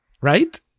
Right